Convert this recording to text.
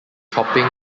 chopping